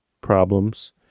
problems